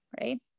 right